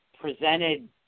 presented